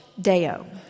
Deo